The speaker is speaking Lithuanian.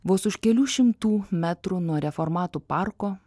vos už kelių šimtų metrų nuo reformatų parko